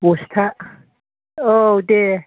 बस्था औ दे